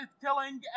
killing